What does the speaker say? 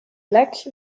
lac